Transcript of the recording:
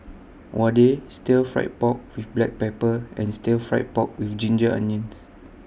Vadai Stir Fry Pork with Black Pepper and Stir Fried Pork with Ginger Onions